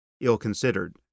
ill-considered